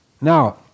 Now